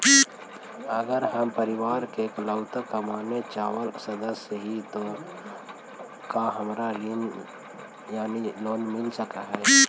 अगर हम परिवार के इकलौता कमाने चावल सदस्य ही तो का हमरा ऋण यानी लोन मिल सक हई?